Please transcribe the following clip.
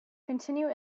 continue